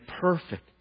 perfect